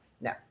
no